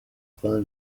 côte